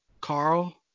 Carl